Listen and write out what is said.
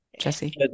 Jesse